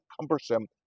cumbersome